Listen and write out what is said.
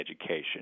education